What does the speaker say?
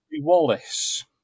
Wallace